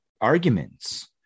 arguments